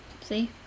See